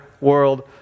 world